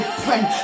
friend